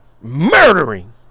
murdering